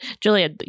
Julia